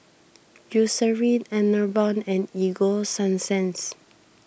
Eucerin Enervon and Ego Sunsense